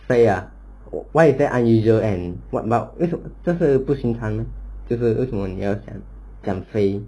飞 ah why is that unusual eh what about 这是不寻常就是为什么你会想想飞